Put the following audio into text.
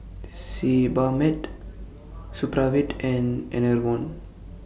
Sebamed Supravit and Enervon